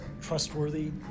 trustworthy